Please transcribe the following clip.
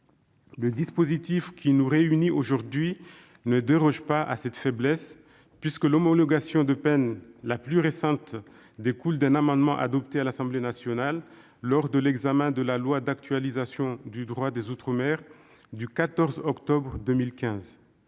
Le dispositif qui nous réunit aujourd'hui ne déroge pas à cette faiblesse, puisque l'homologation de peines la plus récente découle d'un amendement adopté à l'Assemblée nationale lors de l'examen de la loi d'actualisation du droit des outre-mer du 14 octobre 2015.